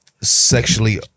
sexually